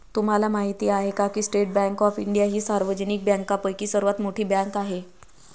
तुम्हाला माहिती आहे का की स्टेट बँक ऑफ इंडिया ही सार्वजनिक बँकांपैकी सर्वात मोठी बँक आहे